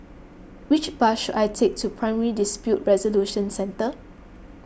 which bus should I take to Primary Dispute Resolution Centre